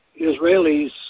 Israelis